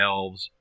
Elves